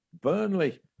Burnley